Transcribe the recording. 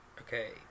Okay